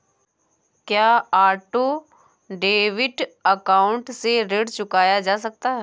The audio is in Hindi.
क्या ऑटो डेबिट अकाउंट से ऋण चुकाया जा सकता है?